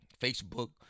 facebook